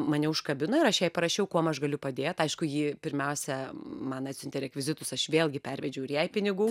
mane užkabino ir aš jai parašiau kuom aš galiu padėt aišku ji pirmiausia man atsiuntė rekvizitus aš vėlgi pervedžiau ir jai pinigų